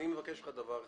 אני מבקש ממך דבר אחד.